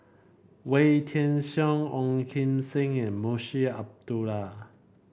Wee Tian Siak Ong Kim Seng and Munshi Abdullah